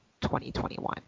2021